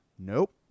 Nope